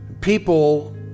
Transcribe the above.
people